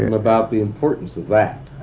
and about the importance of that.